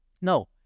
No